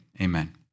amen